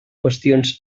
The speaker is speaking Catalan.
qüestions